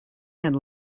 and